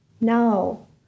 no